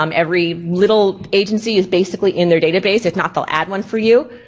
um every little agency is basically in their database. if not they'll add one for you.